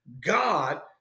God